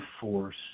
force